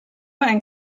einen